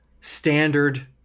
standard